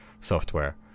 Software